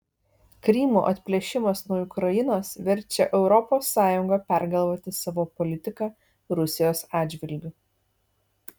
krymo atplėšimas nuo ukrainos verčia europos sąjungą pergalvoti savo politiką rusijos atžvilgiu